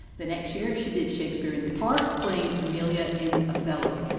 the next year, she did shakespeare in the park playing amelia in othello.